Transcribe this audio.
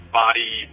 body